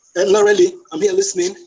and not really, i'm here listening.